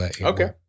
Okay